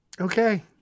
Okay